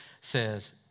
says